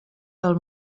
pel